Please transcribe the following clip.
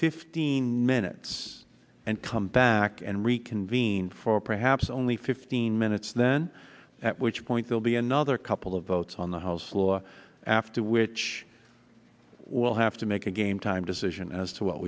fifteen minutes and come back and reconvene for perhaps only fifteen minutes then at which point they'll be another couple of votes on the house floor after which we'll have to make a game time decision as to what